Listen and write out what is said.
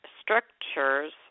structures